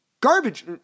garbage